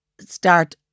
Start